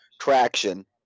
traction